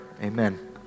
Amen